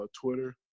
Twitter